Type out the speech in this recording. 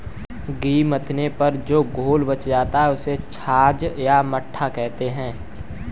घी मथने पर जो घोल बच जाता है, उसको छाछ या मट्ठा कहते हैं